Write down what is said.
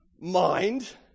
mind